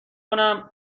کنم